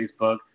Facebook